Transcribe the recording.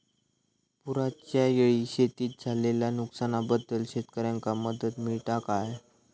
पुराच्यायेळी शेतीत झालेल्या नुकसनाबद्दल शेतकऱ्यांका मदत मिळता काय?